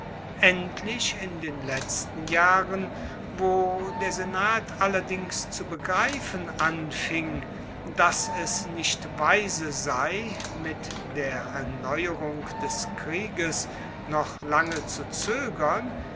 endlich in den letzten jahren wo der senat allerdings zu begreifen anfing dass es nicht weise sei mit der erneuerung des krieges noch lange zu zoegern